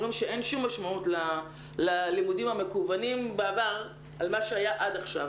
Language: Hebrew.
שאין שום משמעות ללימודים המקוונים בעבר על מה שהיה עד עכשיו.